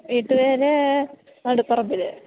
വീട്ട് പേര് മടിപ്പറമ്പില്